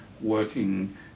working